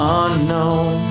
unknown